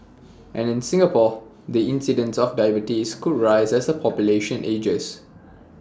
and in Singapore the incidence of diabetes could rise as the population ages